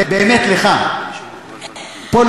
באמת לך,